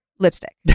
Lipstick